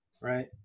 right